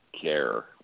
care